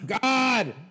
God